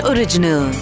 Original